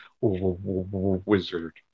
Wizard